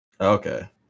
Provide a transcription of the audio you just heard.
Okay